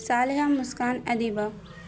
صالحہ Muskan ادیبہ